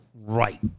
Right